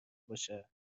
باشه